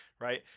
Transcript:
right